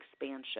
expansion